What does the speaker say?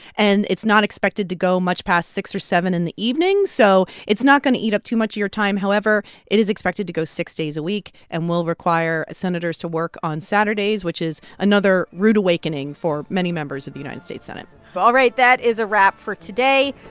and it's not expected to go much past six or seven in the evening. so it's not going to eat up too much of your time. however, it is expected to go six days a week and will require senators to work on saturdays, which is another rude awakening for many members of the united states senate all right, that is a wrap for today.